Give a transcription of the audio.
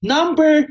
Number